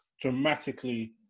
dramatically